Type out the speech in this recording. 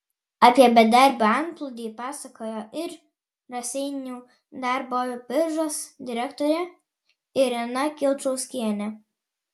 apie bedarbių antplūdį pasakojo ir raseinių darbo biržos direktorė irena kilčauskienė